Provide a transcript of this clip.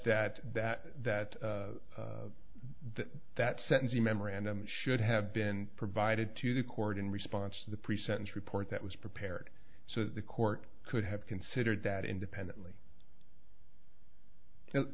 that that that that that sentencing memorandum should have been provided to the court in response to the pre sentence report that was prepared so that the court could have considered that independently